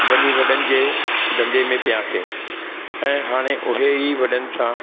वञी वॾनि जे धंधे में पयासीं ऐं हाणे उहे ई वॾनि सां